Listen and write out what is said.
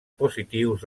positius